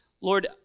lord